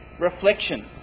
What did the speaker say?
reflection